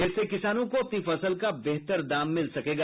इससे किसानों को अपनी फसल का बेहतर दाम मिल सकेगा